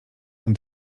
und